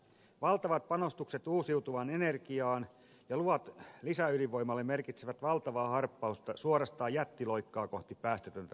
valtavat panostukset uusiutuvaan energiaan ja luvat lisäydinvoimalle merkitsevät valtavaa harppausta suorastaan jättiloikkaa kohti päästötöntä suomea